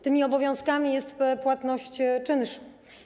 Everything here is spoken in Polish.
Tymi obowiązkami jest płatność czynszu.